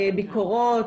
ביקורות,